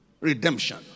redemption